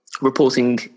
reporting